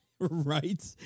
Right